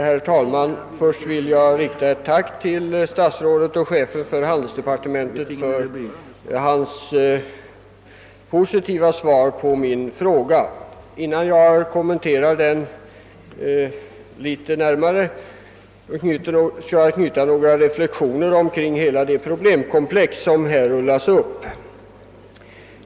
Herr talman! Först vill jag rikta ett tack till statsrådet och chefen för handelsdepartementet för hans positiva svar på min interpellation. Innan jag kommenterar denna något närmare skall jag knyta några reflexioner till hela det problemkomplex, som här rullas upp.